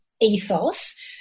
ethos